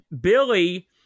Billy